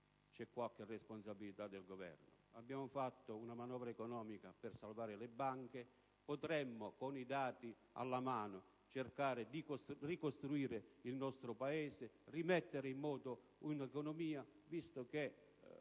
Abbiamo fatto una manovra economica per salvare le banche; potremmo cercare, con i dati alla mano, di ricostruire il nostro Paese, rimettendo in moto l'economia, visto che